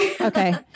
Okay